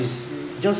is just